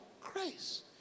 Christ